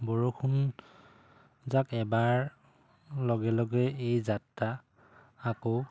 বৰষুণ যাক এৰাৰ লগে লগে এই যাত্ৰা আকৌ